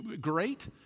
great